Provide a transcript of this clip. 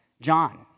John